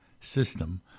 system